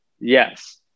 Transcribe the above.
yes